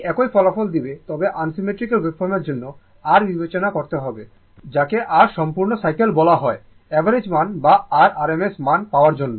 এটি একই ফলাফল দেবে তবে আনসিমেট্রিক্যাল ওয়েভফর্মের জন্য r বিবেচনা করতে হবে যাকে r সম্পূর্ণ সাইকেল বলা হয় অ্যাভারেজ মান বা r RMS মান পাওয়ার জন্য